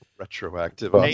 Retroactive